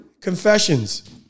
Confessions